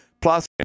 Plus